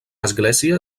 església